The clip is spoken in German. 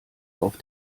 auf